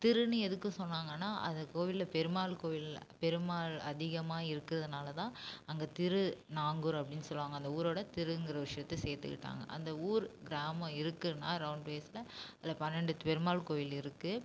திருன்னு எதுக்கு சொன்னாங்கன்னா அந்த கோவிலில் பெருமாள் கோவிலில் பெருமாள் அதிகமாக இருக்கறதுனால தான் அங்கே திரு நாங்கூர் அப்படின்னு சொல்லுவாங்க அந்த ஊரோட திருங்கிற ஒரு விஷியத்தை சேர்த்துக்கிட்டாங்க அந்த ஊர் கிராமம் இருக்குன்னா ரௌண்ட் பேஸில் அதில் பன்னெண்டு பெருமாள் கோயில் இருக்கு